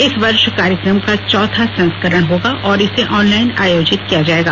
इस वर्ष कार्यक्रम का चौथा संस्करण होगा और इसे ऑनलाइन आयोजित किया जाएगा